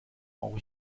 brauche